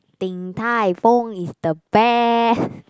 Din-Tai-Fung is the best